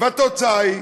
התוצאה היא,